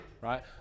right